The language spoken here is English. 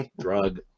drug